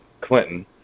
Clinton